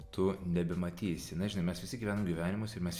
tu nebematysi na žinai mes visi gyvenam gyvenimus ir mes